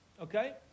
Okay